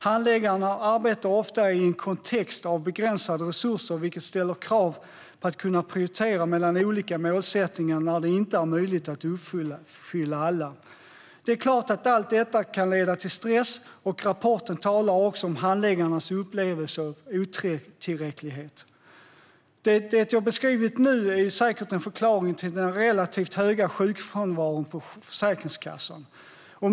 Handläggarna arbetar ofta i en kontext av begränsade resurser, vilket ställer krav på att de ska kunna prioritera mellan olika målsättningar när det inte är möjligt att uppfylla alla. Det är klart att allt detta kan leda till stress. I rapporten talas det också om handläggarnas upplevelser av otillräcklighet. Det jag har beskrivit nu är säkert en förklaring till den relativt höga sjukfrånvaron på Försäkringskassan.